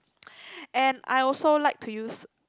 and I also like to use